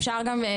אפשר גם,